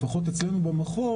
לפחות אצלנו במרחב,